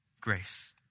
grace